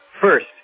First